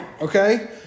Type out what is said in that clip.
Okay